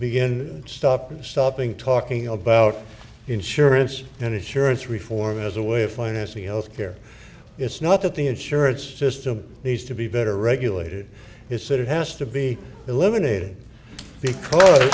begin stop stopping talking about insurance and insurance reform as a way of financing health care it's not that the insurance system needs to be better regulated it's it has to be eliminated